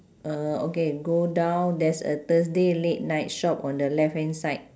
uh okay go down there's a thursday late night shop on the left hand side